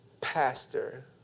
Pastor